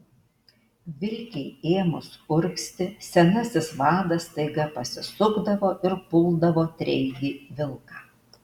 vilkei ėmus urgzti senasis vadas staiga pasisukdavo ir puldavo treigį vilką